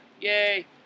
yay